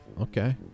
okay